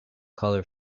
colour